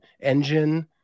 engine